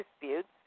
disputes